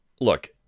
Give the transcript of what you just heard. look